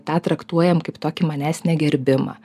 tą traktuojam kaip tokį manęs negerbimą